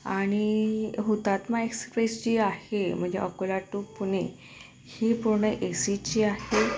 आणि हुतात्मा एक्सप्रेस जी आहे म्हणजे अकोला टू पुणे ही पूर्ण एसीची आहे